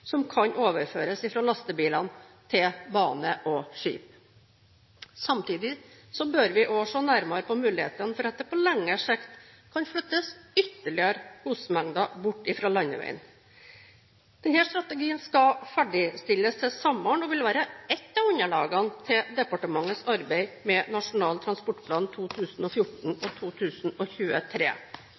som kan overføres fra lastebilene til bane og skip. Samtidig bør vi også se nærmere på mulighetene for at det på lengre sikt kan flyttes ytterligere godsmengder bort fra landeveien. Denne strategien skal ferdigstilles til sommeren og vil være ett av underlagene til departementets arbeid med Nasjonal transportplan